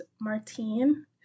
Martine